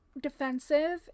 defensive